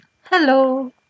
Hello